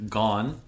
gone